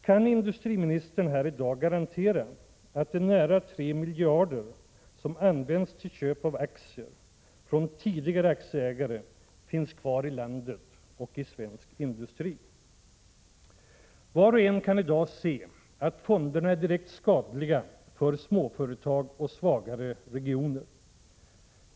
Kan industriministern här i dag garantera att de nära tre miljarder som använts till köp av aktier från tidigare aktieägare finns kvar i landet och i svensk industri? Var och en kan i dag se att fonderna är direkt skadliga för småföretag och svagare regioner.